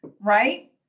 right